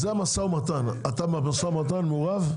זה משא ומתן, אתה במשא ומתן מעורב?